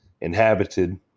inhabited